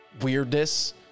weirdness